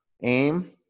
Aim